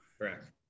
correct